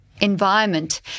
environment